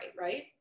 right